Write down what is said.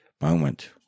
moment